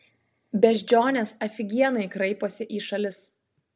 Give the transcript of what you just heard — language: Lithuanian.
beždžionės afigienai kraiposi į šalis